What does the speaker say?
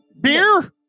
beer